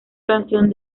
canción